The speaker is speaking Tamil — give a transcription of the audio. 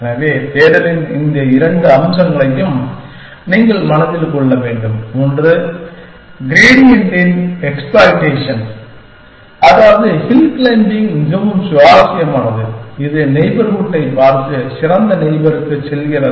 எனவே தேடலின் இந்த இரண்டு அம்சங்களையும் நீங்கள் மனதில் கொள்ள வேண்டும் ஒன்று கிராடியண்டின் எக்ஸ்ப்ளாயிட்டேஷன் அதாவது ஹில் க்ளைம்பிங் மிகவும் சுவாரஸ்யமானது இது நெய்பர்ஹூட்டைப் பார்த்து சிறந்த நெய்பருக்குச் செல்கிறது